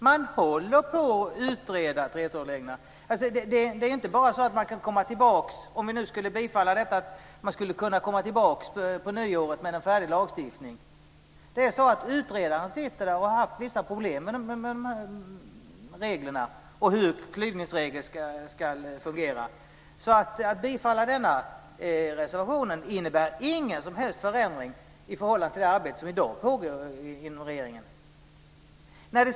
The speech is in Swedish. Man håller på och utreder 3:12-reglerna. Man kan inte bara komma tillbaka - om vi skulle bifalla detta - på nyåret med en färdig lagstiftning. Utredaren har haft vissa problem med reglerna och hur klyvningsregeln ska fungera. Att bifalla denna reservation innebär ingen som helst förändring i förhållande till det arbete som i dag pågår inom regeringen.